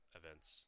events